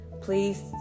Please